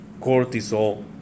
cortisol